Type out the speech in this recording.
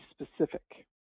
specific